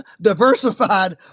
diversified